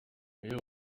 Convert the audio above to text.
iyo